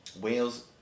Wales